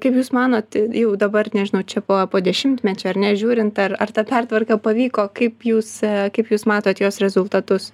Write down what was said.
kaip jūs manot jau dabar nežinau čia po po dešimtmečio ar ne žiūrint ar ar ta pertvarka pavyko kaip jūs kaip jūs matot jos rezultatus